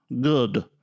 Good